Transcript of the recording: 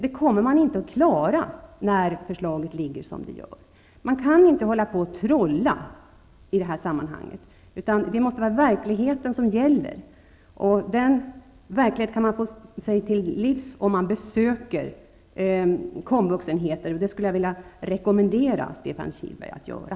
Det kommer man inte att klara med det förslag som nu föreligger. Man kan inte trolla i detta sammanhang, utan verkligheten måste gälla. Den verkligheten kan man få sig till livs om man besöker komvuxenheter, och det skulle jag vilja rekommendera Stefan Kihlberg att göra.